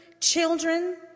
children